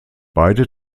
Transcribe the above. beide